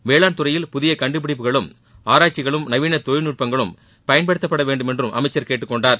வேளாண்துறையில் புதிய கண்டுபிடிப்புகளும் ஆராய்ச்சிகளும் நவீன தொழில்நுட்பங்களும் பயன்படுத்தப்படவேண்டும் என்றும் அமைச்சர் கேட்டுக்கொண்டார்